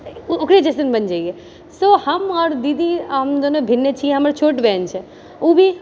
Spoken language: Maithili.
ओकरे जइसन बनि जाइऐ सो हम आओर दीदी हम दुनू भिन्न छी हमर छोट बहन छै ओ भी